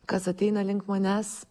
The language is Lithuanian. kas ateina link manęs